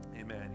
Amen